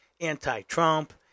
anti-Trump